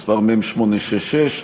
מ/866.